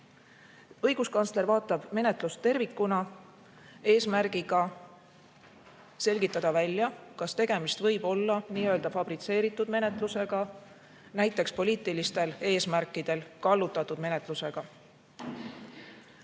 Õiguskantsler vaatab menetlust tervikuna, eesmärgiga selgitada välja, kas tegemist võib olla n-ö fabritseeritud menetlusega, näiteks poliitilistel eesmärkidel kallutatud menetlusega.